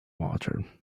water